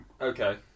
Okay